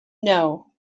know